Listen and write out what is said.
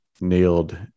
nailed